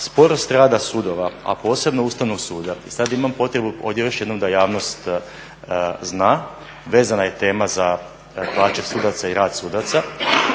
sporost rada sudova, a posebno Ustavnog suda. I sada imam potrebu ovdje još jednom da javnost zna vezana je tema za plaće sudaca i rad sudaca,